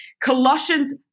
Colossians